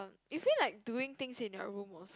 you feel like doing things in your room more